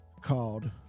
Called